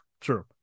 True